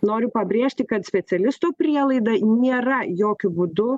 noriu pabrėžti kad specialisto prielaida nėra jokiu būdu